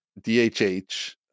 dhh